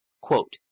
quote